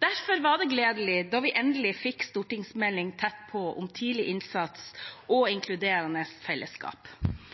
Derfor var det gledelig da vi endelig fikk Meld. St. 6 for 2019–2020, Tett på – tidlig innsats og inkluderende fellesskap